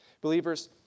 Believers